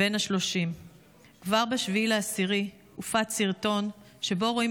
בן 30. כבר ב-7 באוקטובר הופץ סרטון שבו רואים